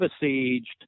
Besieged